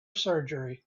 surgery